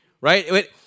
Right